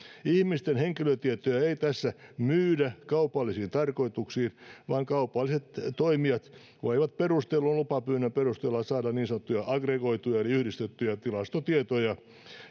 ihmisten henkilötietoja ei tässä myydä kaupallisiin tarkoituksiin vaan kaupalliset toimijat voivat perustellun lupapyynnön perusteella saada niin sanottuja aggregoituja eli yhdistettyjä tilastotietoja